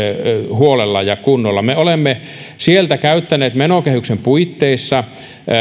huolella ja kunnolla me olemme sieltä käyttäneet menokehyksen puitteissa